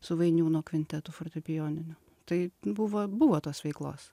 su vainiūno kvintetu fortepijoniniu tai buvo buvo tos veiklos